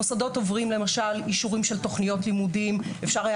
מוסדות עוברים למשל אישורים של תוכניות לימודים אפשר היה